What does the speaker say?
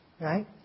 Right